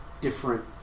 different